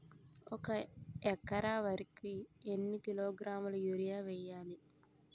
ఒక ఎకర వరి కు ఎన్ని కిలోగ్రాముల యూరియా వెయ్యాలి?